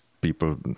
people